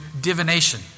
divination